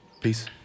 Peace